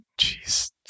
Jeez